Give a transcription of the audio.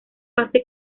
fase